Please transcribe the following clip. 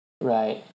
Right